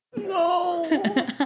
no